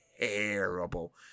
Terrible